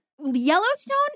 Yellowstone